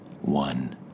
one